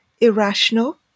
irrational